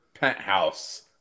penthouse